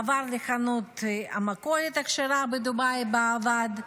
עבר בחנות המכולת הכשרה בדובאי שבה עבד,